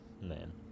man